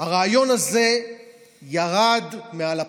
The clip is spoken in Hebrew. הרעיון הזה ירד מעל הפרק.